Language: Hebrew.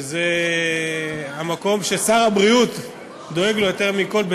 וזה המקום ששר הבריאות דואג לו יותר מכול,